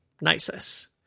Nisus